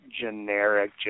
generic